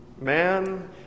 Man